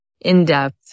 in-depth